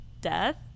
death